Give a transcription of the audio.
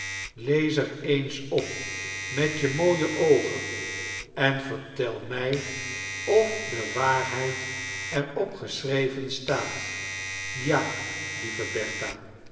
lees er eens op met je mooie oogen en vertel mij of de waarheid er op geschreven stoat ja lieve